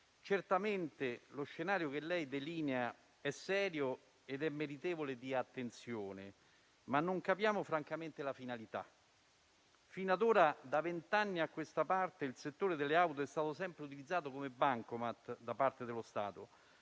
Certamente lo scenario che lei delinea è serio ed è meritevole di attenzione, ma non capiamo francamente la finalità. Fino ad ora, da vent'anni a questa parte, il settore delle auto è stato sempre utilizzato come bancomat da parte dello Stato.